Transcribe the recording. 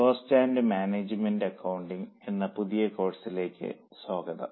cost and management accounting എന്ന പുതിയ കോഴ്സിലേക്ക് സ്വാഗതം